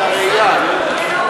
זה הרעייה.